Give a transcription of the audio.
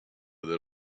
that